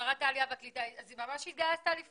בשבילי לעוד